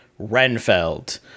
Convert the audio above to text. Renfeld